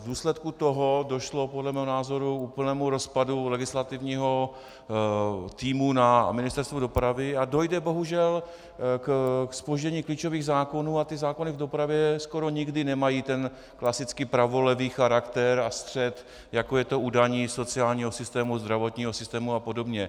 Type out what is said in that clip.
V důsledku toho došlo podle mého názoru k úplnému rozpadu legislativního týmu na Ministerstvu dopravy a dojde bohužel k zpoždění klíčových zákonů, a ty zákony v dopravě skoro nikdy nemají klasický pravolevý charakter a střed, jako je to u daní, sociálního systému, zdravotního systému apod.